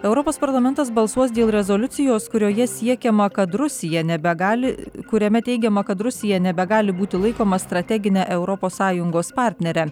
europos parlamentas balsuos dėl rezoliucijos kurioje siekiama kad rusija nebegali kuriame teigiama kad rusija nebegali būti laikoma strategine europos sąjungos partnere